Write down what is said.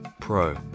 Pro